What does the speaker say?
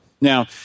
Now